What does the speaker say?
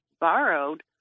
borrowed